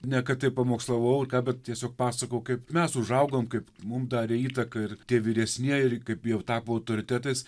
ne kad tai pamokslavau ar ką bet tiesiog pasakojau kaip mes užaugom kaip mum darė įtaką ir tie vyresnieji ir kaip jau tapo autoritetais